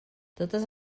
totes